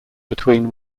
between